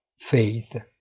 faith